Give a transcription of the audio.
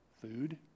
food